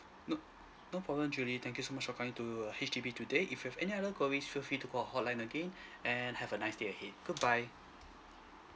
n~ no problem julie thank you so much for calling to uh H_D_B today if you have any other queries feel free to call our hotline again and have a nice day ahead goodbye